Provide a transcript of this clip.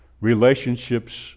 Relationships